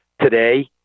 today